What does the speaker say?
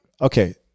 okay